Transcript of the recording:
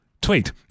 tweet